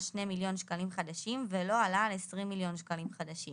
2 מיליון שקלים חדשים ולא עלה על 20 מיליון שקלים חדשים: